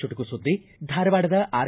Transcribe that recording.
ಚುಟುಕು ಸುದ್ದಿ ಧಾರವಾಡದ ಆರ್